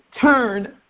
turn